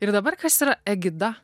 ir dabar kas yra egida